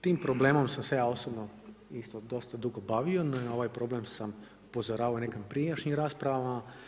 Tim problemom sam se ja osobno isto dosta dugo bavio, na ovaj problem sam upozoravao u nekim prijašnjim raspravama.